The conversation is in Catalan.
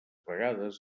vegades